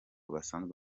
basanzwe